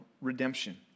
redemption